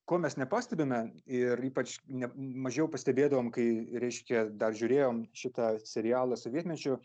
ko mes nepastebime ir ypač ne mažiau pastebėdavom kai reiškia dar žiūrėjom šitą serialą sovietmečiu